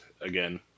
again